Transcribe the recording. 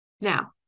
now